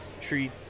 tree